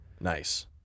Nice